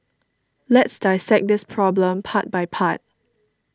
let's dissect this problem part by part